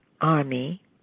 army